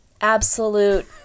Absolute